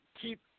keep